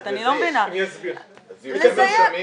פי 150 יותר חזקים ממורפיום.